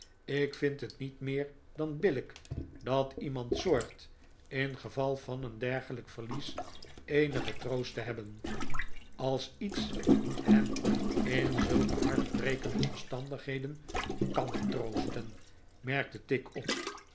ik vind het niet meer dan billijk dat iemand zorgt ingeval van een dergelijk verlies eenigen troost te hebben als iets hem in zulke hartbrekende omstandigheden kan troosten merkte tigg op